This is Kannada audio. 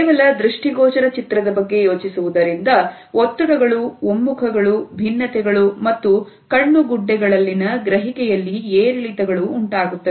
ಕೇವಲ ದೃಷ್ಟಿಗೋಚರ ಚಿತ್ರದ ಬಗ್ಗೆ ಯೋಚಿಸುವುದರಿಂದಒತ್ತಡಗಳು ಒಮ್ಮುಖ ಗಳು ಭಿನ್ನತೆಗಳು ಮತ್ತು ಕಣ್ಣು ಗುಡ್ಡಗಳಲ್ಲಿನ ಗ್ರಹಿಕೆಯಲ್ಲಿ ಏರಿಳಿತಗಳು ಉಂಟಾಗುತ್ತವೆ